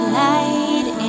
light